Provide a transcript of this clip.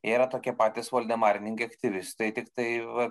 jie yra tokie patys voldemarininkai aktyvistai tiktai va